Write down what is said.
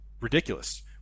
ridiculous